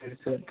சரி சார்